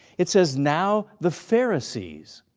it says, now, the pharisees.